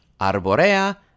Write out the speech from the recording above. Arborea